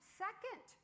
second